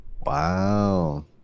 Wow